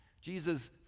Jesus